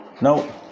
Now